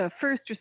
first